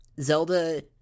zelda